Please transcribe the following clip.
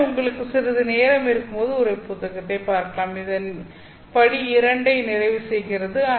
எனவே உங்களுக்கு சிறிது நேரம் இருக்கும்போது உரை புத்தகத்தைப் பார்க்கலாம் இது படி 2 ஐ நிறைவு செய்கிறது